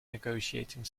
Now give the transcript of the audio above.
negotiating